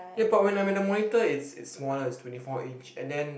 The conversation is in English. ya but when I'm in the monitor it's it's smaller is twenty four inch and then